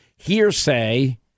hearsay